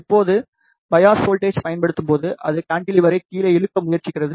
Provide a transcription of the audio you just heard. இப்போது bias voltage பயன்படுத்தப்படும்போது அது கான்டிலீவரை கீழே இழுக்க முயற்சிக்கிறது